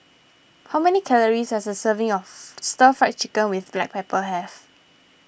how many calories does a serving of Stir Fried Chicken with Black Pepper have